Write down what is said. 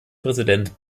präsident